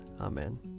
Amen